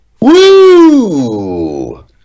Woo